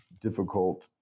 difficult